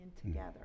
together